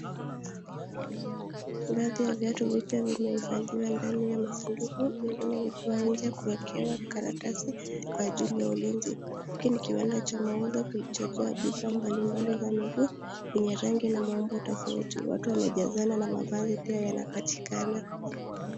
Baadhi ya viatu mpya vimehifathiwa ndani ya masaduku zingine zikiwa nje kuekewa karatasi kwa ajili ya ulinzi. Hiki ni kiwanda cha mauzo kilichojaa bithaa mbali mbali za miguu yenye rangi na maumbo tofauti, watu wamejazana na mavazi pia yanapatikana.